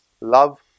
love